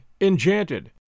enchanted